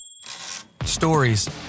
Stories